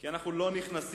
כי אנחנו לא נכנסים,